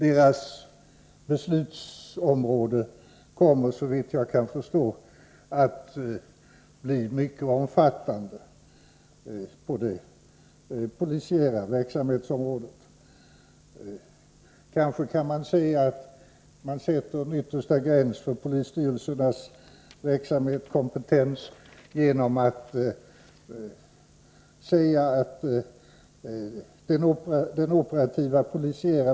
Deras beslutsområde: kömmimer såvitt jag” kän förståratt IBlinmycket iomfattande påcdetipolisiäral verksamhetsömrådet: Mamkanske känsäga att detsättbömyttetstalgräns för polisstyrelsernass verksamletskompetens, sgenom! attr deblangesiattidemi operativa polisiär!